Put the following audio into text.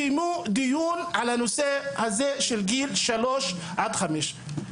קיימו דיון על הנושא הזה של גיל שלוש עד חמש,